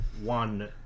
one